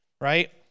right